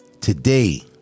Today